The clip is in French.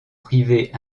privés